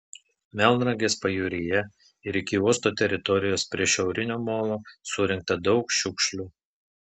melnragės pajūryje ir iki uosto teritorijos prie šiaurinio molo surinkta daug šiukšlių